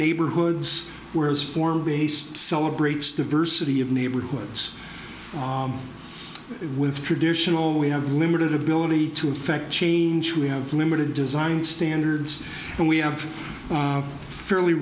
neighborhoods where as form based celebrates diversity of neighborhoods with traditional we have limited ability to affect change we have limited design standards and we have fairly